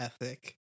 ethic